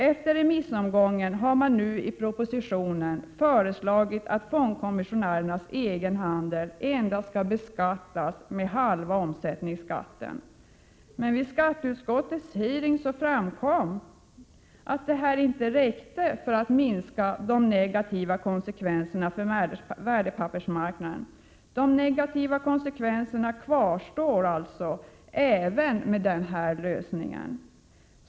Efter remissomgången har man nu i propositionen föreslagit att fondkommissionärernas egen handel endast skall beskattas med halva omsättningsskatten. Men vid skatteutskottets hearing framkom att detta inte räckte för att minska de negativa konsekvenserna för värdepappersmarknaden. De negativa konsekvenserna kvarstår alltså även med denna lösning.